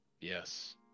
Yes